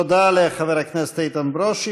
תודה לחבר הכנסת איתן ברושי.